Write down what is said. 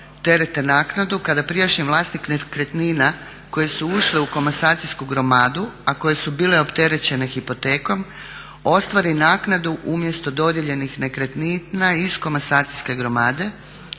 kada prijašnji vlasnik nekretnina koje su ušle u komasacijsku gromadu a koje su bile opterećene hipotekom ostvari naknadu umjesto dodijeljenih nekretnina iz komasacijske gromade